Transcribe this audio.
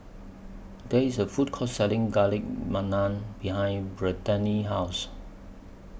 There IS A Food Court Selling Garlic behind Brittany's House